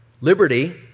Liberty